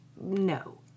No